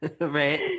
Right